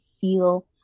feel